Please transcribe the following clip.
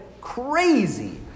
crazy